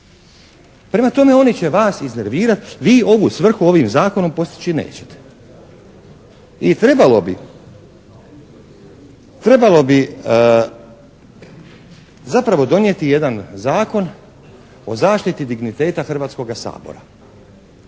Prema tome oni će vas iznervirati. Vi ovu svrhu ovim zakonom postići nećete. I trebalo bi, trebalo bi zapravo donijeti jedan zakon o zaštiti digniteta Hrvatskoga sabora